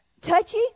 touchy